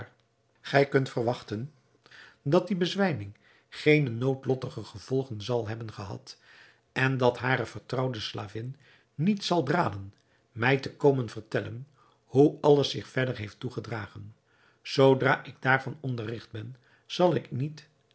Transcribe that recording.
gij kunt verwachten dat die bezwijming geene noodlottige gevolgen zal hebben gehad en dat hare vertrouwde slavin niet zal dralen mij te komen vertellen hoe alles zich verder heeft toegedragen zoodra ik daarvan onderrigt ben zal ik niet